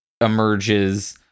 emerges